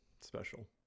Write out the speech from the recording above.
special